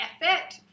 effort